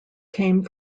came